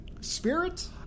spirit